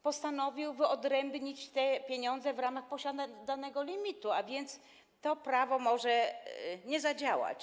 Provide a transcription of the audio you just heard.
Postanowił wyodrębnić te pieniądze w ramach posiadanego limitu, a więc to prawo może nie zadziałać.